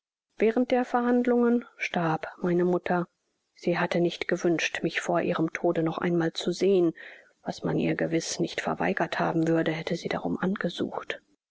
während der verhandlungen starb meine mutter sie hatte nicht gewünscht mich vor ihrem tode noch einmal zu sehen was man ihr gewiß nicht verweigert haben würde hätte sie darum angesucht